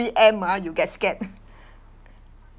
preempt ah you get scared